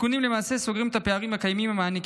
התיקונים למעשה סוגרים את הפערים ומעניקים